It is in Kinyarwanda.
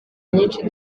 myinshi